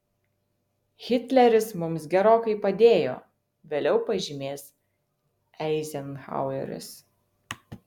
hitleris mums gerokai padėjo vėliau pažymės eizenhaueris